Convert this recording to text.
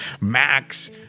max